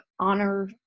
honor